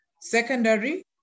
secondary